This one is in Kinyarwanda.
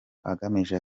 agamije